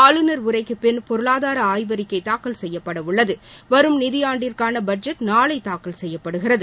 ஆளுநர் உரைக்கு பின் பொருளாதார ஆய்வறிக்கை தாக்கல் செய்யப்பட உள்ளது வரும் நிதியாண்டிற்கான பட்ஜெட் நாளை தாக்கல் செய்யப்படுகிறது